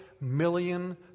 million